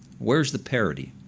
where's the parity?